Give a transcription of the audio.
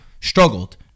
struggled